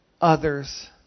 others